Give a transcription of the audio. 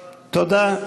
תודה.